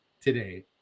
today